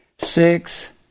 Six